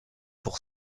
pour